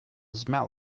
smell